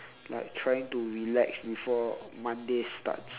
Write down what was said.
like trying to relax before monday starts